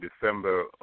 December